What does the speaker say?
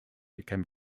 became